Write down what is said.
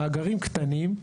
מאגרים קטנים,